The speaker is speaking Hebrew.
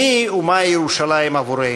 מיהי ומהי ירושלים עבורנו?